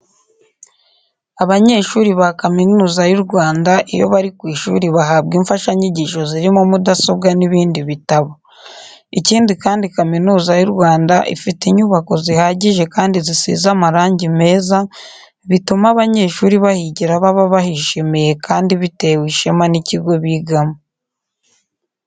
Abanyeshuri ba Kaminuza y'u Rwanda iyo bari ku ishuri bahabwa imfashanyigisho zirimo mudasobwa n'ibindi bitabo. Ikindi kandi Kaminuza y'u Rwanda ifite inyubako zihagije kandi zisize amarangi meza bituma abanyeshuri bahigira baba bahishimiye kandi batewe ishema n'ikigo bigamo.